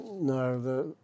No